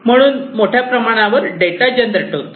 म्हणून मोठ्या प्रमाणावर डेटा जनरेट होतो